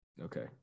Okay